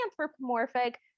anthropomorphic